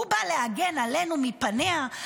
הוא בא להגן עלינו מפניה?